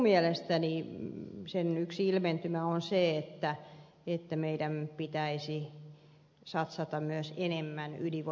mielestäni tämän vastuun yksi ilmentymä on se että meidän pitäisi satsata myös enemmän ydinvoimaosaamiseen